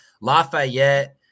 Lafayette